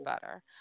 better